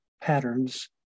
patterns